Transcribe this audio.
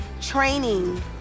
training